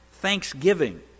thanksgiving